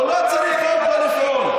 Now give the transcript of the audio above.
הוא לא צריך חוק כדי לפעול.